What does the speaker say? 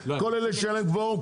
כל אלה שאין להם קוורום,